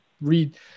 Read